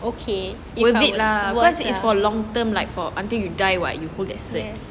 worth it lah because it's for long term like for until you die [what] you hold that cert